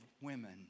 women